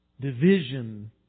Division